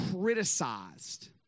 criticized